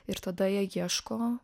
ir tada jie ieško